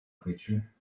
creature